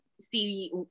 see